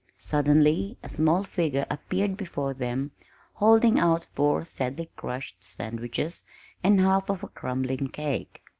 suddenly a small figure appeared before them holding out four sadly crushed sandwiches and half of a crumbling cake.